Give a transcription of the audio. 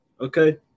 Okay